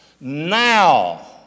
now